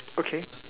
okay